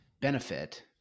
benefit